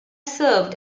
served